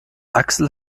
axel